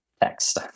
text